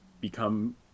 become